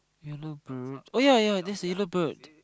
yellow bird oh ya that's the yellow bird